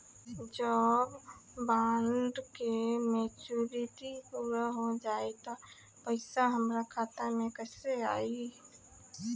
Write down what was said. जब बॉन्ड के मेचूरिटि पूरा हो जायी त पईसा हमरा खाता मे कैसे आई?